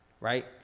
right